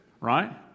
Right